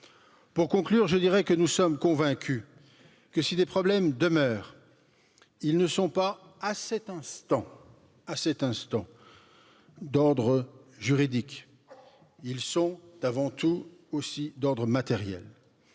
Pour conclure, je dirais que nous sommes convaincus que, si des problèmes demeurent, ils ne sont pas à cet instant, à cet instant. D'ordre juridique, ils sont avant tout aussi d'ordre matériel.